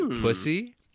pussy